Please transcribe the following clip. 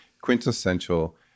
quintessential